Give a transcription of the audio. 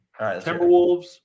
Timberwolves